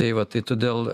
tai va tai todėl